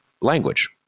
language